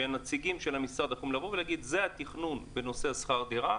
שהנציגים של המשרד יכולים להגיד: זה התכנון בנושא שכר הדירה,